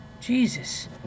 Jesus